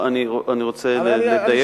אני רוצה לדייק,